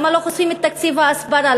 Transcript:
למה לא חושפים את תקציב ההסברה,